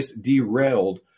derailed